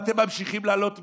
ואתם ממשיכים להעלות מיסים?